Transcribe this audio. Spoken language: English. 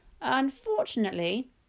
Unfortunately